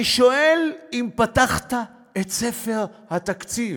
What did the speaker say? אני שואל אם פתחת את ספר התקציב.